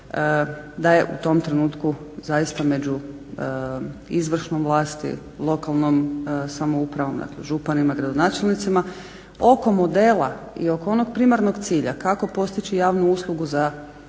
da je u tom trenutku zaista među izvršnom vlasti, lokalnom samoupravom, dakle županima, gradonačelnicima oko modela i oko onog primarnog cilja kako postići javnu uslugu kroz